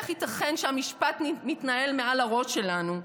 איך ייתכן שהמשפט מתנהל מעל הראש שלנו?